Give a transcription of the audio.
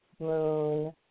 moon